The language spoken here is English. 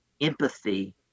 empathy